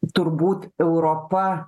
turbūt europa